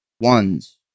ones